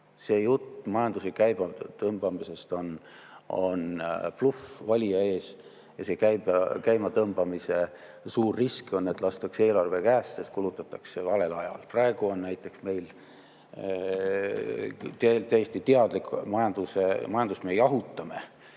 See jutt majanduse käimatõmbamisest on bluff valija ees. Ja selle käimatõmbamise suur risk on, et lastakse eelarve käest, sest kulutatakse valel ajal. Praegu on meil täiesti teadlik majanduse jahutamine.